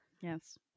Yes